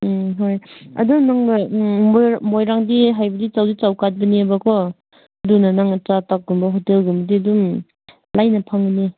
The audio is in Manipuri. ꯎꯝ ꯍꯣꯏ ꯑꯗꯣ ꯅꯪꯅ ꯃꯣꯏꯔꯥꯡꯒꯤ ꯍꯥꯏꯕꯗꯤ ꯆꯥꯎꯗꯤ ꯆꯥꯎꯈꯠꯄꯅꯦꯕꯀꯣ ꯑꯗꯨꯅ ꯅꯪ ꯆꯥ ꯊꯛꯒꯨꯝꯕ ꯍꯣꯇꯦꯜꯒꯨꯝꯕꯗ ꯑꯗꯨꯝ ꯂꯥꯏꯅ ꯐꯪꯒꯅꯤ